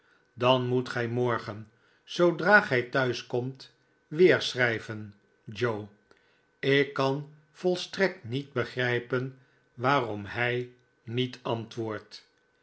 dan moet gij morgen zoodra gij thuis komt weer schrijven joe ik kan volstrekt niet begrijpen waarom hij niet antwoordt